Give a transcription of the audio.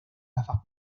gafas